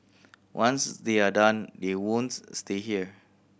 once they are done they stay here